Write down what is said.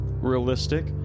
Realistic